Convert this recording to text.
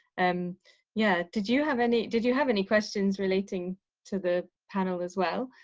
um yeah did you have any? did you have any questions relating to the panel as well?